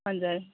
हजुर